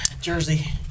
jersey